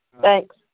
Thanks